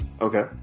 Okay